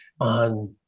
On